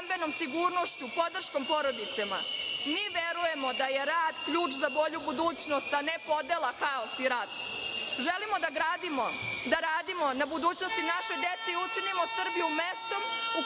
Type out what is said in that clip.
stambenom sigurnošću, podrškom porodicama. Mi verujemo da je rad ključ za bolju budućnost, a ne podela, haos i rat. Želimo da gradimo, da radimo na budućnosti naše dece i učinimo Srbiju mestom u